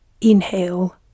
inhale